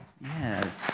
Yes